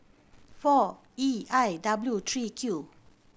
four E I W three Q